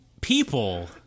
people